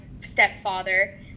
stepfather